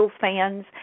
fans